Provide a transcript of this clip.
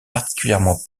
particulièrement